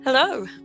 Hello